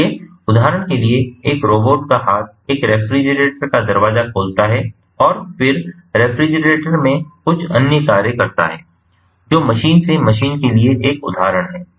इसलिए उदाहरण के लिए एक रोबोट का हाथ एक रेफ्रिजरेटर का दरवाजा खोलता है और फिर रेफ्रिजरेटर में कुछ अन्य कार्य करता है जो मशीन से मशीन के लिए एक उदाहरण है